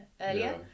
earlier